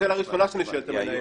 זו השאלה הראשונה שאני שואל את המנהל,